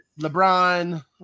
Lebron